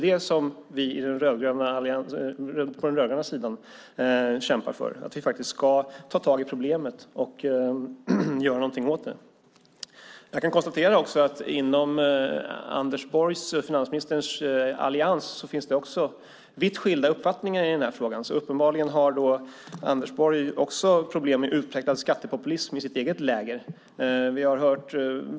Det som vi på den rödgröna sidan kämpar för är att vi ska ta tag i problemet och göra något åt det. Inom finansministerns allians finns det vitt skilda uppfattningar i den här frågan. Uppenbarligen har också Anders Borg problem med utpräglad skattepopulism i sitt eget läger.